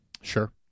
Sure